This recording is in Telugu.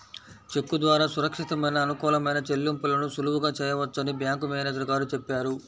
చెక్కు ద్వారా సురక్షితమైన, అనుకూలమైన చెల్లింపులను సులువుగా చేయవచ్చని బ్యాంకు మేనేజరు గారు చెప్పారు